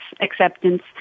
acceptance